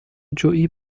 جویی